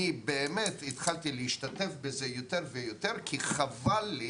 אני התחלתי להשתתף בזה יותר ויותר, כי חבל לי.